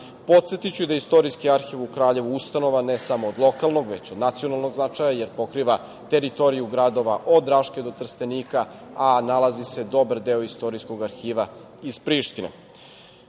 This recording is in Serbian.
dinara. Podsetiću i da je Istorijski arhiv u Kraljevu ustanova ne samo od lokalnog, već od nacionalnog značaja, jer pokriva teritoriju gradova od Raške do Trstenika, a nalazi se dobar deo Istorijskog arhiva iz Prištine. Zaposleni